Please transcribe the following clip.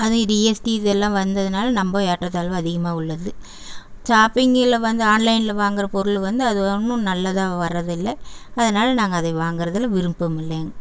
அது டிஎஸ்டி இதெல்லாம் வந்ததுனால் ரொம்ப ஏற்றத்தாழ்வு அதிகமாக உள்ளது ஷாப்பிங்கில் வந்து ஆன்லைனில் வாங்குகிற பொருள் வந்து அது ஒன்றும் நல்லதாக வர்றது இல்லை அதனால் நாங்கள் அதை வாங்கறதில் விருப்பம் இல்லை எங்